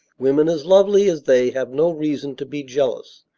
women as lovely as they have no reason to be jealous.